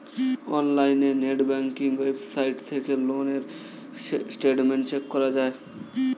অনলাইনে net banking website থেকে loan এর স্টেটমেন্ট চেক করা যায়